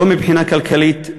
לא מבחינה כלכלית,